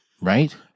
right